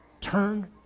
turn